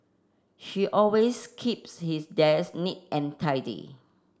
she always keeps his desk neat and tidy